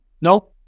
No